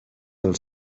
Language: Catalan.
del